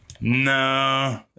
No